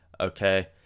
Okay